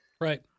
Right